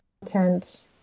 content